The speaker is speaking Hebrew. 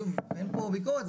שוב אין פה ביקורת,